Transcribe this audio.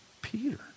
Peter